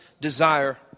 desire